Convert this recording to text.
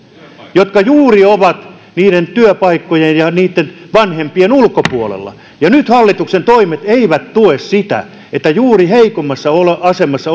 jotka juuri ovat niiden työpaikkojen ja niitten vanhempien ulkopuolella ja nyt hallituksen toimet eivät tue sitä että juuri heikoimmassa asemassa